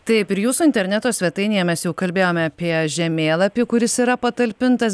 taip ir jūsų interneto svetainėje mes jau kalbėjome apie žemėlapį kuris yra patalpintas